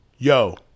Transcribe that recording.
Yo